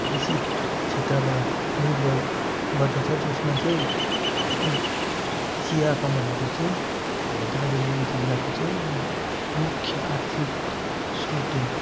कृषि क्षेत्रमा निर्भर गर्दछ जसमा चाहिँ चिया कमानहरू चाहिँ अब दार्जिलिङ जिल्लाको चाहिँ अब मुख्य आर्थिक स्रोत हुन्